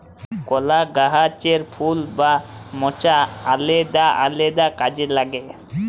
কলা গাহাচের ফুল বা মচা আলেদা আলেদা কাজে লাগে